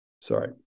sorry